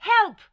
Help